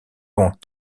vont